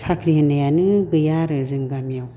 साख्रि होननायानो गैया आरो जोंनि गामियाव